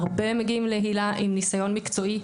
הרבה מגיעים להיל"ה עם ניסיון מקצועי.